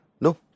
No